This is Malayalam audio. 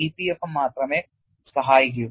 EPFM മാത്രമേ സഹായിക്കൂ